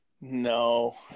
No